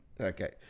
Okay